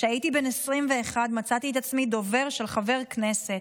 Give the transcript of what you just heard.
כשהייתי בן 21 מצאתי את עצמי דובר של חבר כנסת,